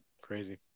crazy